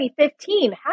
2015